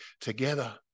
together